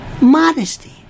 modesty